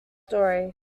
story